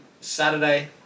Saturday